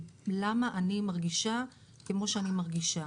למה אני מרגישה כמו שאני מרגישה